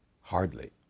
Hardly